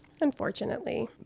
Unfortunately